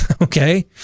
Okay